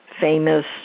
famous